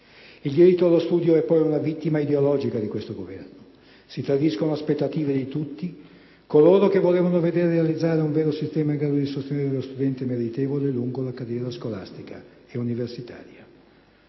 Il diritto allo studio è poi la vittima ideologica di questo Governo: si tradiscono le aspettative di tutti coloro che volevano veder realizzare un vero sistema in grado di sostenere lo studente meritevole lungo la carriera scolastica e universitaria.